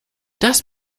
das